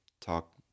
talk